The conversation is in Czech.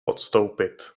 odstoupit